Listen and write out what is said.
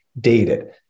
dated